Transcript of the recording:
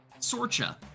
Sorcha